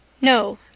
No